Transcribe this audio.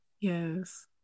yes